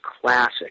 classic